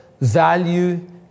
value